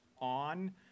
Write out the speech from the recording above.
on